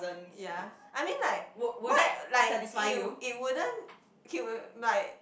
ya I mean like what like it w~ it wouldn't like